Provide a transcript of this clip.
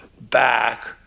back